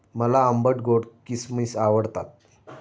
मला आंबट गोड किसमिस आवडतात